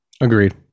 Agreed